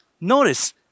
Notice